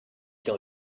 dans